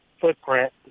footprint